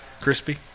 Crispy